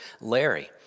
Larry